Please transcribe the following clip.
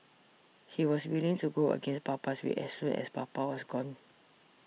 he was willing to go against papa's wish as soon as papa was gone